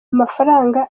amafaranga